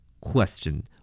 Question